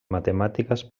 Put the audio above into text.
matemàtiques